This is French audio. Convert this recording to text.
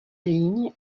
ligne